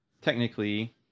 Technically